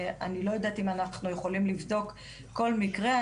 אני לא יודעת אם אנחנו יכולים לבדוק כל מקרה.